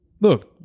look